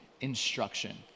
instruction